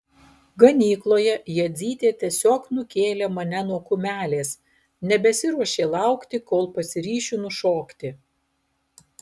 ganykloje jadzytė tiesiog nukėlė mane nuo kumelės nebesiruošė laukti kol pasiryšiu nušokti